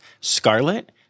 Scarlet